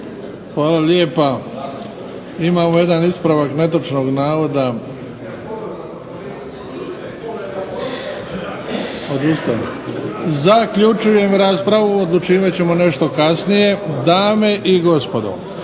Hvala lijepa. Imamo jedan ispravak netočnog navoda. Zaključujem raspravu, odlučivat ćemo nešto kasnije. **Bebić,